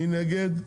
מי נגד?